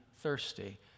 thirsty